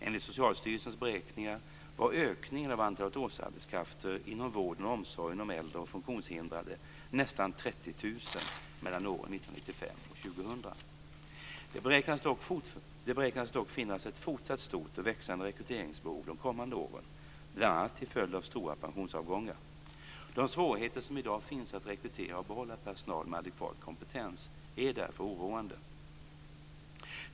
Enligt Socialstyrelsens beräkningar var ökningen av antalet årsarbetskrafter inom vården och omsorgen om äldre och funktionshindrade nästan 30 000 mellan år 1995 och 2000. Det beräknas dock finnas ett fortsatt stort och växande rekryteringsbehov de kommande åren, bl.a. till följd av stora pensionsavgångar. De svårigheter som i dag finns att rekrytera och behålla personal med adekvat kompetens är därför oroande.